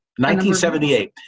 1978